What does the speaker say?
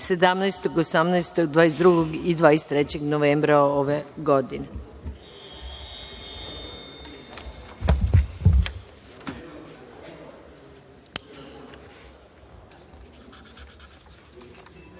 17, 18, 22. i 23. novembra ove godine. Uz